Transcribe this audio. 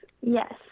Yes